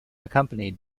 accompanied